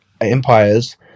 empires